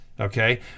okay